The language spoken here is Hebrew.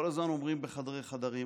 כל הזמן אומרים: בחדרי-חדרים,